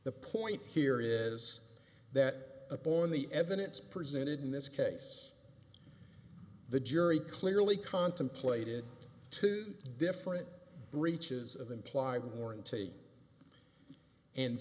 the point here is that upon the evidence presented in this case the jury clearly contemplated two different breaches of the implied warranty and